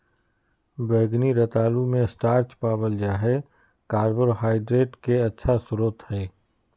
बैंगनी रतालू मे स्टार्च पावल जा हय कार्बोहाइड्रेट के अच्छा स्रोत हय